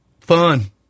fun